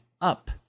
up